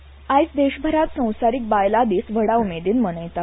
बायला दिस आयज देशभरांत संवसारीक बायला दिस व्हडा उमेदीन मनयतात